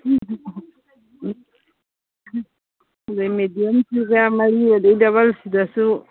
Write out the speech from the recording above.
ꯃꯦꯗꯤꯌꯝꯁꯤꯗ ꯃꯔꯤ ꯑꯗꯒꯤ ꯗꯕꯜꯁꯤꯗꯁꯨ